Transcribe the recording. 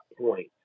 point